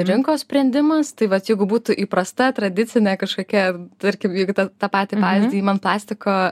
rinkos sprendimas tai vat jeigu būtų įprasta tradicinė kažkokia tarkim jeigu ten tą patį pavyzdį imant plastiko